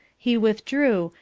he withdrew,